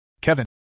Kevin